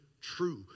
true